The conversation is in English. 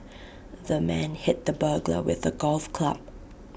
the man hit the burglar with A golf club